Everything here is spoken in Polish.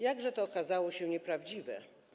Jakże to okazało się nieprawdziwe.